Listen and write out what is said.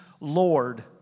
Lord